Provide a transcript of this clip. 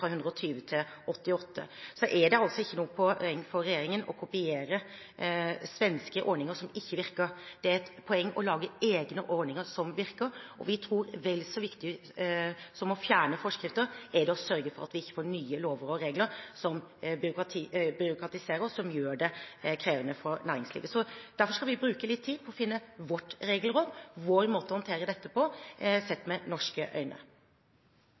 120 til 88. Det er ikke noe poeng for regjeringen å kopiere svenske ordninger som ikke virker, det er et poeng å lage egne ordninger som virker. Vi tror at vel så viktig som å fjerne forskrifter er det å sørge for at vi ikke får nye lover og regler som byråkratiserer, og som gjør det krevende for næringslivet. Derfor skal vi bruke litt tid på å finne vårt regelråd, vår måte å håndtere dette på sett med norske øyne.